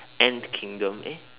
ant kingdom eh